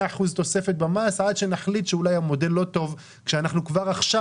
אחוזים תוספת במס עד שנחליט שאולי המודל לא טוב כשאנחנו כבר עכשיו,